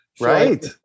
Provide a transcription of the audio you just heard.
Right